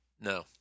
No